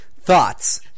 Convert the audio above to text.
Thoughts